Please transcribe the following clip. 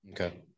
Okay